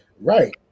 Right